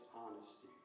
honesty